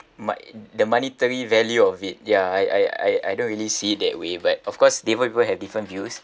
my the monetary value of it ya I I I I don't really see it that way but of course different people have different views